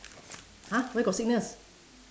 !huh! where got sickness